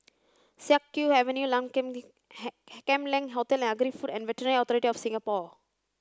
Siak Kew Avenue Leng Kam Kam Leng Hotel and Agri Food and Veterinary Authority of Singapore